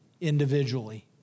individually